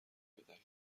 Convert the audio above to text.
بدهید